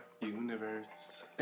universe